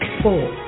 four